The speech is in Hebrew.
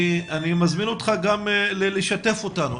אני מזמין אותך לשתף אותנו.